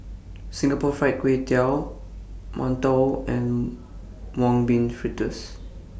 Singapore Fried Kway Tiao mantou and Mung Bean Fritters